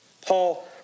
Paul